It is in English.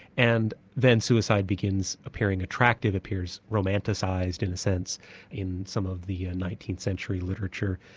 and then suicide begins appearing attractive, appears romanticised in a sense in some of the nineteenth century literature,